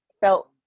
felt